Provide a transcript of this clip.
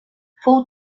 fou